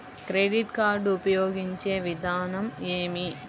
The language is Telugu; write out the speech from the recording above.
క్రెడిట్ కార్డు ఉపయోగించే విధానం ఏమి?